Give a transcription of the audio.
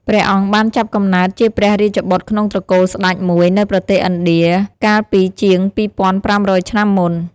ព្រះអង្គបានចាប់កំណើតជាព្រះរាជបុត្រក្នុងត្រកូលស្ដេចមួយនៅប្រទេសឥណ្ឌាកាលពីជាង ២៥០០ ឆ្នាំមុន។